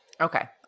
Okay